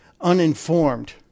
uninformed